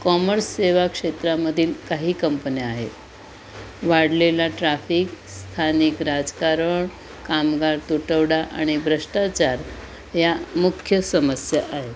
commerce सेवाक्षेत्रामधील काही कंपन्या आहेत वाढलेला ट्राफिक स्थानिक राजकारण कामगार तुटवडा आणि भ्रष्टाचार ह्या मुख्य समस्या आहेत